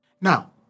Now